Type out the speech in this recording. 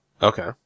Okay